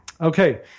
Okay